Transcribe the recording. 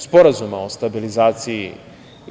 Sporazuma o stabilizaciji